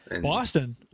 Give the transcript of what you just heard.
Boston